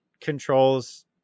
controls